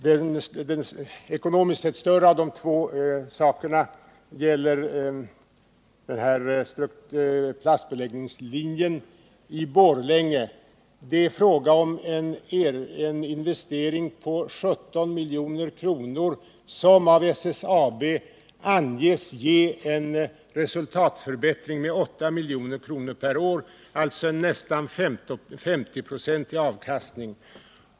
Den ekonomiskt sett största av de här båda sakerna är plastbeläggningslinjen i Borlänge. Det är fråga om en investering på 17 milj.kr., som SSAB beräknar skulle ge en resultatförbättring med 8 milj.kr. per år, alltså en nästan 50-procentig avkastning.